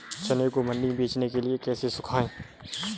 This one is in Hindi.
चने को मंडी में बेचने के लिए कैसे सुखाएँ?